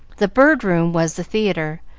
the bird room was the theatre,